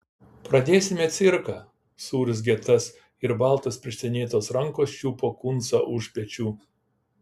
pradėsime cirką suurzgė tas ir baltos pirštinėtos rankos čiupo kuncą už pečių